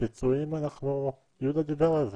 פיצויים יהודה דיבר על זה.